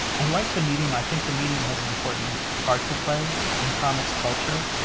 i like the medium. i think the medium has an important part to play in comics culture,